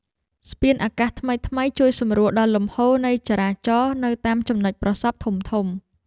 ស្ពានអាកាសថ្មីៗជួយសម្រួលដល់លំហូរនៃចរាចរណ៍នៅតាមចំណុចប្រសព្វធំៗ។